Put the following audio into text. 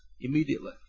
immediately